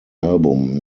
album